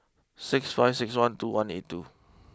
six five six one two one eight two